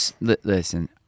listen